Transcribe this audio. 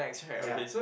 ya